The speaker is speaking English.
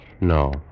No